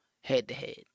head-to-head